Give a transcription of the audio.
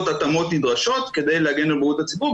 התאמות נדרשות כדי להגן על בריאות הציבור.